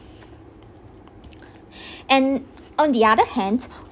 and on the other hand